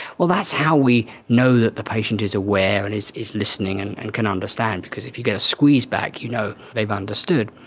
well, that's how we know that the patient is aware and is is listening and and can understand, because if you get a squeeze back you know they've understood.